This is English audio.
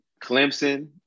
Clemson